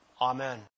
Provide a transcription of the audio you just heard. Amen